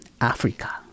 Africa